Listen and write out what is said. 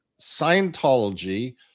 Scientology